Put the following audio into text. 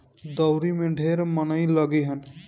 दँवरी में ढेर मनई लगिहन